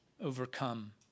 overcome